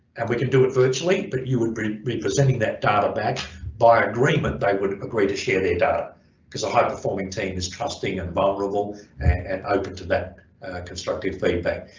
and we can do it virtually but you would be be presenting that data back by agreement they would agree to share their data because a high-performing team is trusting and vulnerable and open to that constructive feedback